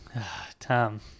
Tom